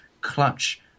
clutch